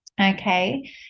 okay